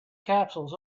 capsules